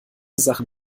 sachen